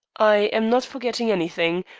i am not forgetting anything.